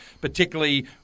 particularly